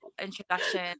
introduction